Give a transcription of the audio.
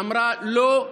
אמרה: לא,